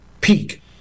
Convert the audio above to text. peak